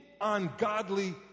ungodly